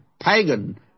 pagan